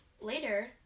later